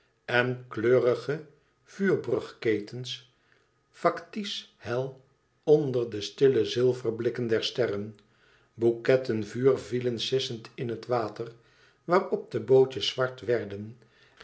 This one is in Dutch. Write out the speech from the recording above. en kleurige vuurbrugketens factice hel onder de stille zilverblikken der sterren bouquetten vuur vielen sissend in het water waarop de bootjes zwart werden